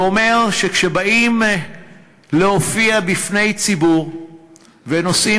ואומר שכשבאים להופיע בפני ציבור ונושאים